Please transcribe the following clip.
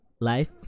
life